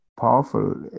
powerful